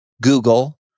Google